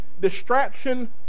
distraction